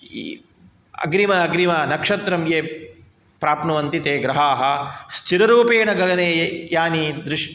अग्रिम अग्रिमनक्षत्रं ये प्राप्नुवन्ति ते ग्रहाः स्थिररूपेण गगने यानि दृश्